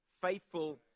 faithful